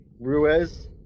Ruiz